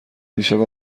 دیشب